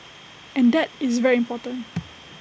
and that is very important